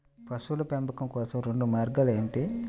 పశువుల పెంపకం కోసం రెండు మార్గాలు ఏమిటీ?